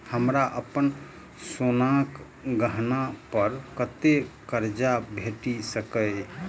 हमरा अप्पन सोनाक गहना पड़ कतऽ करजा भेटि सकैये?